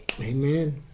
Amen